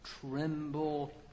tremble